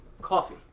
coffee